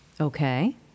Okay